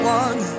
one